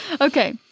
Okay